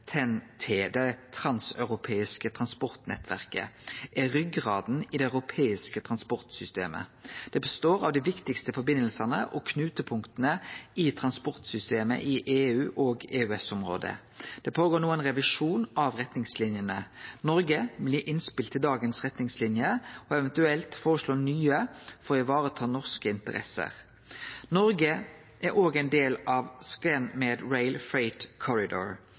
det transeuropeiske transportnettverket. Det er ryggrada av det europeiske transportsystemet, og det består av dei viktigaste forbindelsane og knutepunkta i transportsystemet i EU og EØS-området. Det føregår no ein revisjon av retningslinjene. Noreg vil gi innspel til dagens retningslinjer og eventuelt føreslå nye for å ta i vare norske interesser. Noreg er òg ein del av